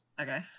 okay